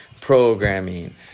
programming